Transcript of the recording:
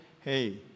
hey